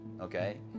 okay